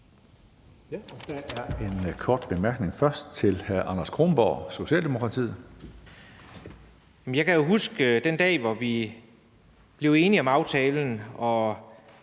Jeg kan jo huske den dag, hvor vi blev enige om aftalen og